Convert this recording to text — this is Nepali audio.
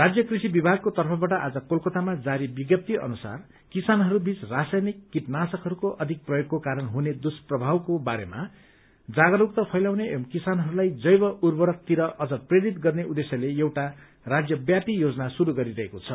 राज्य कृषि विभागको तर्फवाट आज कलकतामा जारी विज्ञप्ती अनुसार किसानहरू बीच रासायनिक कीटनाशकहरूको अधिक प्रयोगको कारण हुने दुष्प्रभावको बारेमा जागरूकता फैलाउन एवं किसानहरूलाई जैव उर्वरकरित अझ प्रेरित गर्ने उद्देश्यले एउटा राज्यव्यापी योजना शुरू गरिरहेको छ